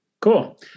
cool